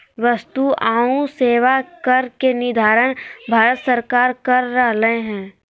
वस्तु आऊ सेवा कर के निर्धारण भारत सरकार कर रहले हें